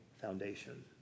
foundation